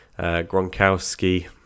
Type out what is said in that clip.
Gronkowski